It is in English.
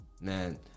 Man